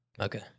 Okay